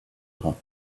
rhin